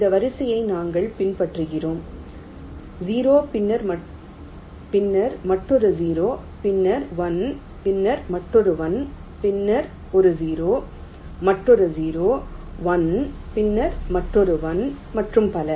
இந்த வரிசையை நாங்கள் பின்பற்றுகிறோம் 0 பின்னர் மற்றொரு 0 பின்னர் 1 பின்னர் மற்றொரு 1 பின்னர் ஒரு 0 மற்றொரு 0 1 பின்னர் மற்றொரு 1 மற்றும் பல